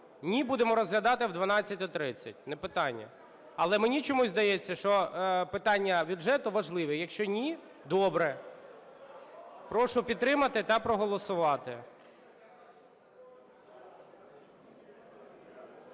Ні – будемо розглядати о 12:30, не питання. Але мені чомусь здається, що питання бюджету важливе, якщо ні – добре. Прошу підтримати та проголосувати.